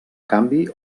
canvi